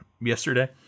yesterday